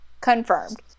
confirmed